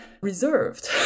reserved